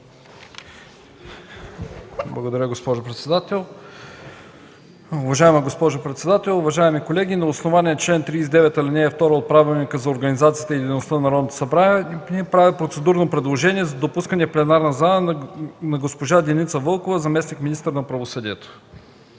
Благодаря, госпожо председател. Уважаема госпожо председател, уважаеми колеги, на основание чл. 39, ал. 2 от Правилника за организацията и дейността на Народното събрание правя процедурно предложение за допускане в пленарната зала на госпожа Деница Вълкова – заместник-министър на правосъдието.